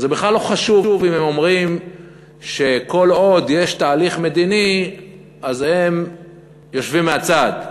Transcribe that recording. זה בכלל לא חשוב אם הם אומרים שכל עוד יש תהליך מדיני הם יושבים מהצד,